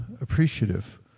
appreciative